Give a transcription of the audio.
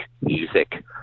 music